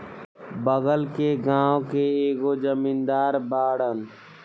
बगल के गाँव के एगो जमींदार बाड़न